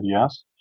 yes